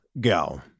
go